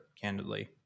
candidly